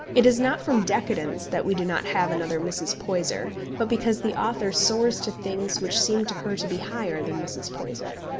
it is not from decadence that we do not have another mrs. poyser, but because the author soars to things which seem to her to be higher than mrs. poyser.